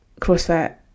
crossfit